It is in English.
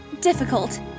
difficult